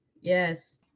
Yes